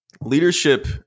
leadership